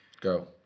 Go